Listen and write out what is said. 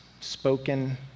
spoken